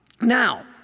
Now